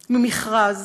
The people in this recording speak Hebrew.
ממכרז.